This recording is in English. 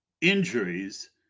injuries